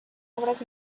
obras